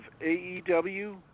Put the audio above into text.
AEW